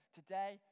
today